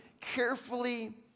carefully